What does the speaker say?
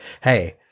hey